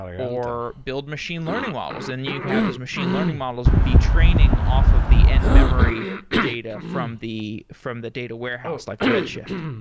or build machine learning models, and you'd have this machine learning models be training off of the in-memory data from the from the data warehouse, like red shift.